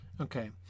Okay